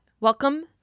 Welcome